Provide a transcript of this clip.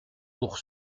pour